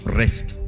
rest